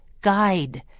guide